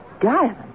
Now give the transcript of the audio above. Diamond